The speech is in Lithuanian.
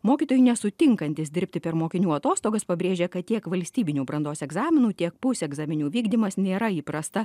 mokytojai nesutinkantys dirbti per mokinių atostogas pabrėžė kad tiek valstybinių brandos egzaminų tiek pusegzaminių vykdymas nėra įprasta